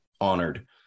honored